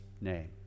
name